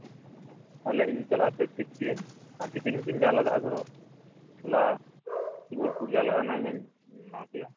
ᱛᱟᱞᱦᱮ ᱤᱧ ᱪᱟᱞᱟᱜᱼᱟ ᱯᱮᱠᱴᱤᱥ ᱯᱤᱭᱟᱹᱧ ᱟᱨ ᱴᱤᱯᱤᱱ ᱢᱤᱯᱤᱱ ᱡᱟ ᱞᱟᱜᱟᱜᱼᱟ ᱫᱷᱚᱨᱚ ᱪᱷᱚᱞᱟ ᱜᱩᱲ ᱜᱩᱲ ᱡᱟ ᱞᱟᱜᱟᱜᱼᱟ ᱚᱱᱟ ᱦᱚᱸ ᱦᱟᱸᱜ ᱤᱧ ᱮᱢᱟᱣᱟᱯᱮᱭᱟ